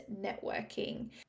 networking